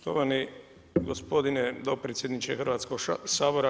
Štovani gospodin dopredsjedniče Hrvatskog sabora.